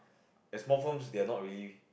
there's more firms that are not ready